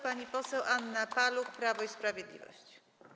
Pani poseł Anna Paluch, Prawo i Sprawiedliwość.